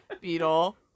Beetle